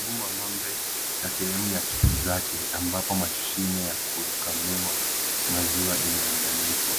Mguu wa mg'ombe, na sehemu ya chuchu zake ambapo mashine ya kukamua maziwa imeunganishwa.